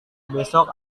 besok